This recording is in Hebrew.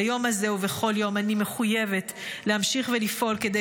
ביום הזה ובכל יום אני מחויבת להמשיך ולפעול כדי